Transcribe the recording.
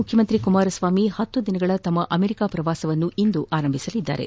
ಮುಖ್ಯಮಂತ್ರಿ ಕುಮಾರಸ್ವಾಮಿ ಹತ್ತು ದಿನಗಳ ತಮ್ಮ ಅಮೆರಿಕ ಪ್ರವಾಸವನ್ನುಇಂದು ಆರಂಭಿಸಲಿದ್ದಾರೆ